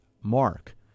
Mark